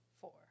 four